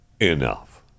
enough